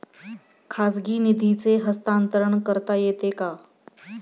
खाजगी निधीचे हस्तांतरण करता येते का?